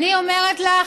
אני אומרת לך,